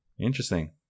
interesting